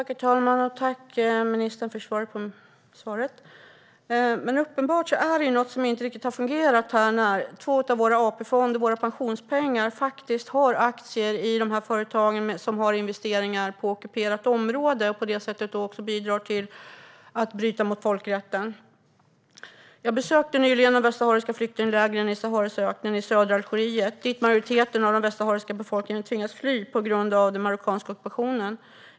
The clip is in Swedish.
Det är uppenbarligen något som inte har fungerat när två av våra AP-fonder - våra pensionspengar - har aktier i företag som har investeringar på ockuperat område och som på det sättet bidrar till att bryta mot folkrätten. Jag besökte nyligen de västsahariska flyktinglägren i Saharas öken i södra Algeriet, dit majoriteten av den västsahariska befolkningen tvingades fly på grund av den marockanska ockupationen.